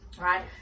right